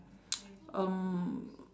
um